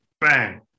bang